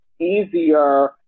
easier